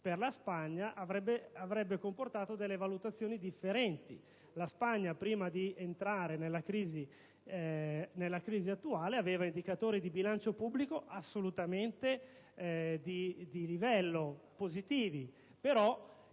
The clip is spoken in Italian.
per la Spagna avrebbe comportato valutazioni differenti. La Spagna, prima di entrare nella crisi attuale, aveva indicatori di bilancio pubblico assolutamente di livello, positivi, però